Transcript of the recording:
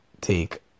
take